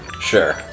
Sure